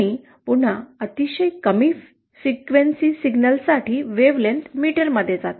आणि पुन्हा अतिशय कमी फ्रिक्वेन्सी सिग्नल्ससाठी तरंगलांबी मीटरमध्ये जाते